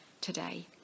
today